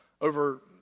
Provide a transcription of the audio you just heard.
over